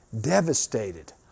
devastated